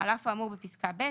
(ג)על אף האמור בפסקה (ב),